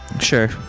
Sure